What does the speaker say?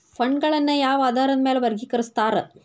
ಫಂಡ್ಗಳನ್ನ ಯಾವ ಆಧಾರದ ಮ್ಯಾಲೆ ವರ್ಗಿಕರಸ್ತಾರ